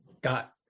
Got